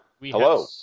Hello